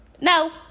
No